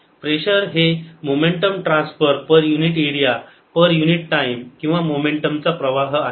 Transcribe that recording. pressure हे momentum transfer per unit area per unit time किंवा मोमेंटमचा प्रवाह आहे